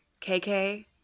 KK